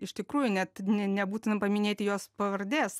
iš tikrųjų net ne nebūtina paminėti jos pavardės